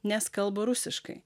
nes kalba rusiškai